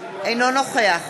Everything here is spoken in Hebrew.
אינו נוכח